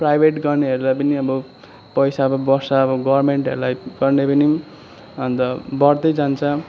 private गर्नेहरूलाई पनि अब पैसाहरू बढ्छ अब गभर्नमेन्टहरूलाई गर्ने पनि अन्त बढ्दै जान्छ